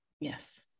Yes